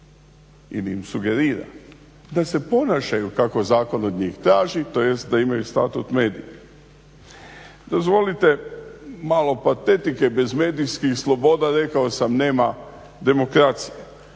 ili im sugerira da se ponašaju kako zakon od njih traži tj. da imaju status medija. Dozvolite malo patetike, bez medijskih sloboda rekao sam nema demokracije,